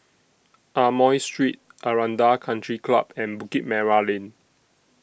Amoy Street Aranda Country Club and Bukit Merah Lane